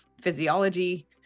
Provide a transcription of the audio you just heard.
physiology